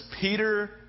Peter